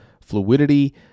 fluidity